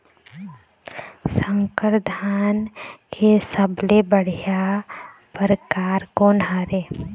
संकर धान के सबले बढ़िया परकार कोन हर ये?